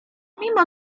mimo